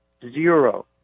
zero